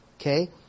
Okay